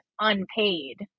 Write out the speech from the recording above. unpaid